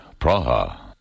Praha